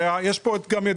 יש פה גם את ידידי,